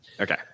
Okay